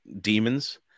demons